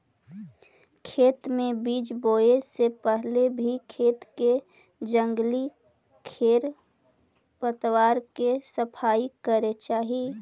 खेत में बीज बोए से पहले भी खेत के जंगली खेर पतवार के सफाई करे चाही